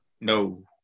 No